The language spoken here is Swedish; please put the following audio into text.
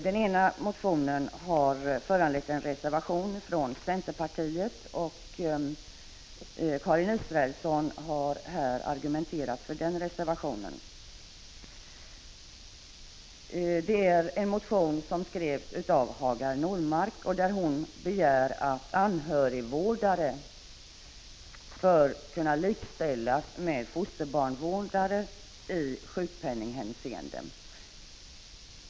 Den ena av dessa motioner har föranlett en reservation från centerpartiet, och Karin Israelsson har här argumenterat för den reservationen. Motionen skrevs av Hagar Normark, och hon begärde att anhörigvårdare i sjukpenningshänseende bör kunna likställas med fosterbarnsvårdare.